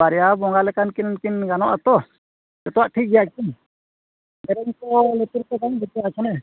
ᱵᱟᱨᱭᱟ ᱵᱚᱸᱜᱟ ᱞᱮᱠᱟᱱ ᱠᱤᱱ ᱩᱱᱠᱤᱱ ᱜᱟᱱᱚᱜᱼᱟ ᱛᱚ ᱡᱚᱛᱚᱣᱟᱜ ᱴᱷᱤᱠ ᱜᱮᱭᱟ ᱠᱤ